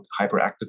hyperactive